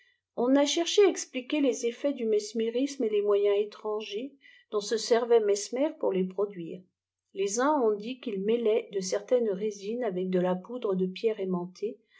on a cherché à expliquer les effets du mesmérisme et les moyens étrangers dont se servait mesmer pour les produire les uns ont dit qu'il mêlait de certaines résines avec de la poudre de pierre aimantée